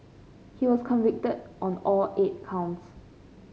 he was convicted on all eight counts